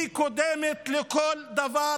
קודמת לכל דבר.